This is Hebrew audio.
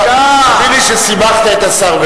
חכה רגע.